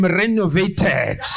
renovated